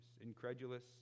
incredulous